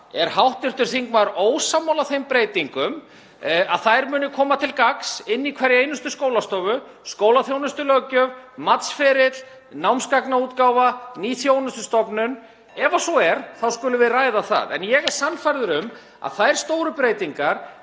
er hv. þingmaður ósammála þeim breytingum, að þær muni koma til gagns inni í hverri einustu skólastofu? Skólaþjónustulöggjöf, matsferill, námsgagnaútgáfa, ný þjónustustofnun. Ef svo er þá skulum við ræða það. (Forseti hringir.) En ég er sannfærður um að þær stóru breytingar